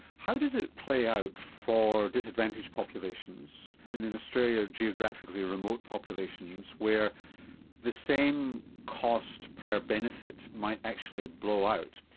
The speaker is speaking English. how does it play out for disadvantaged populations, and in australia geographically remote populations, where the same cost per benefit might actually blow out?